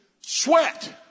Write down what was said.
Sweat